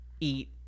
eat